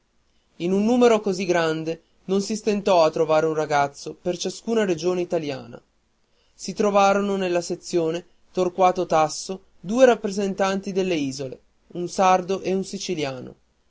in un numero così grande non si stentò a trovare un ragazzo per ciascuna regione italiana si trovarono nella sezione torquato tasso due rappresentanti delle isole un sardo e un siciliano